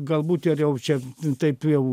galbūt ir jau čia taip jau